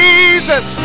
Jesus